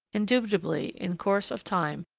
indubitably, in course of time,